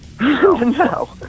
No